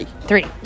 three